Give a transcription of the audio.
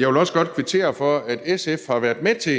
Jeg vil også godt kvittere for, at SF har været med til